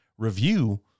Review